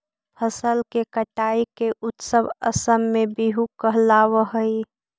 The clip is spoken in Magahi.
फसल के कटाई के उत्सव असम में बीहू कहलावऽ हइ